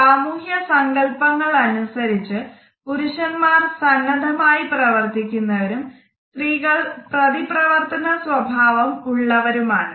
സാമൂഹ്യ സങ്കൽപ്പങ്ങൾ അനുസരിച്ച് പുരുഷന്മാർ സന്നദ്ധമായി പ്രവർത്തിക്കുന്നവരും സ്ത്രീകൾ പ്രതിപ്രവർത്തന സ്വഭാവം ഉള്ളവരുമാണ്